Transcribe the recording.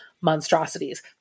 monstrosities